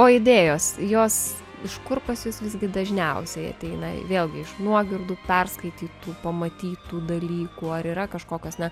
o idėjos jos iš kur pas jus visgi dažniausiai ateina vėlgi iš nuogirdų perskaitytų pamatytų dalykų ar yra kažkokios ne